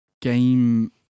game